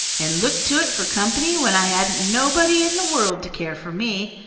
and looked to it for company when i hadn't nobody in the world to care for me.